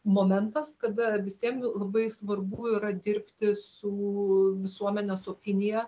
momentas kada visiem labai svarbu yra dirbti su visuomenės opinija